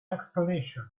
explanation